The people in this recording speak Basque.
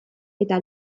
eta